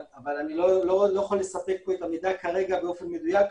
אבל אני לא יכול לספק פה את המידע כרגע באופן מדויק,